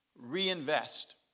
reinvest